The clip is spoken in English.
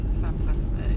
fantastic